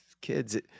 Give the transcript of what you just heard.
kids